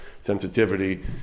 sensitivity